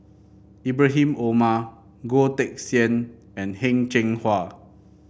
Ibrahim Omar Goh Teck Sian and Heng Cheng Hwa